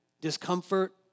discomfort